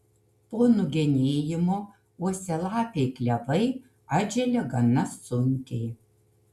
po nugenėjimo uosialapiai klevai atželia gana sunkiai